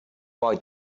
boy